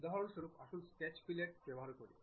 উদাহরণস্বরূপ আসুন sketch fillet ব্যবহার করি